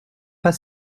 pas